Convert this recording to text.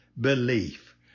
belief